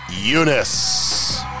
Eunice